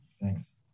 Thanks